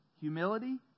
Humility